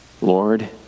Lord